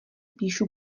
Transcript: píšu